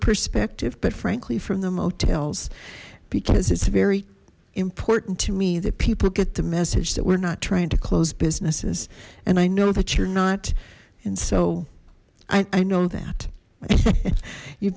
perspective but frankly from the motels because it's very important to me that people get the message that we're not trying to close businesses and i know that you're not and so i know that you